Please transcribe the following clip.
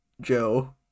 Joe